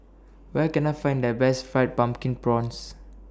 Where Can I Find The Best Fried Pumpkin Prawns